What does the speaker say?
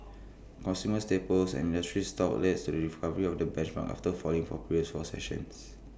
consumer staples and industrial stocks led the recovery on the benchmark after falling for previous four sessions